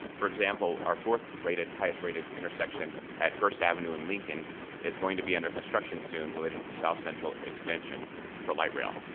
for example, our fourth rated, highest rated intersection at first avenue and lincoln is going to be under construction soon related to the south central extension for light rail.